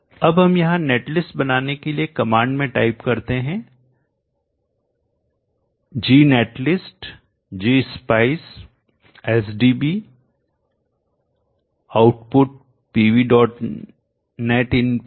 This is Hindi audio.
अब हम यहाँ नेटलिस्ट बनाने के लिए कमांड में टाइप करते हैं g netlist G spice SDB output pvनेट इनपुट pvsch